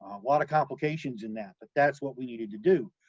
a lot of complications in that, but that's what we needed to do,